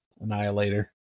Annihilator